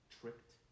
tricked